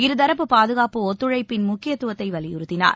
இருதரப்பு பாதுகாப்பு ஒத்துழைப்பின் முக்கியத்துவத்தை வலியுறுத்தினார்